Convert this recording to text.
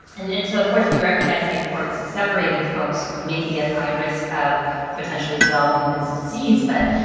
and and so, of course, we recognize the importance of separating folks who may be at high risk of potentially developing this disease. but,